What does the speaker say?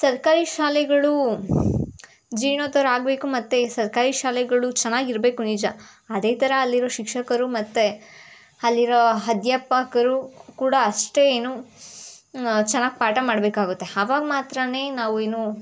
ಸರ್ಕಾರಿ ಶಾಲೆಗಳು ಜೀರ್ಣೋದ್ಧಾರ ಆಗಬೇಕು ಮತ್ತು ಸರ್ಕಾರಿ ಶಾಲೆಗಳು ಚೆನ್ನಾಗಿರ್ಬೇಕು ನಿಜ ಅದೇ ಥರ ಅಲ್ಲಿರೋ ಶಿಕ್ಷಕರು ಮತ್ತು ಅಲ್ಲಿರೋ ಅಧ್ಯಾಪಕರು ಕೂಡ ಅಷ್ಟೇ ಏನು ಚೆನ್ನಾಗಿ ಪಾಠ ಮಾಡಬೇಕಾಗುತ್ತೆ ಅವಾಗ ಮಾತ್ರನೇ ನಾವು ಏನು